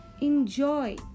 Enjoy